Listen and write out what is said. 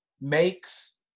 makes